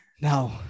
Now